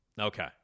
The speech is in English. Okay